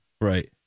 Right